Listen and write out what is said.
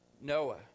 Noah